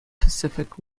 pacific